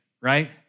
right